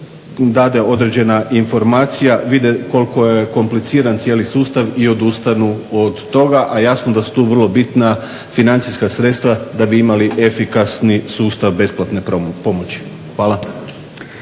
dade određena informacija vide koliko je kompliciran cijeli sustav i odustanu od toga a jasno da su to vrlo bitna financijska sredstva da bi imali efikasni sustav besplatne pomoći. Hvala.